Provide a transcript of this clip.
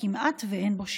וכמעט אין בו שימוש.